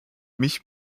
mich